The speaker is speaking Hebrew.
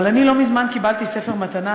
אבל אני קיבלתי לא מזמן ספר מתנה,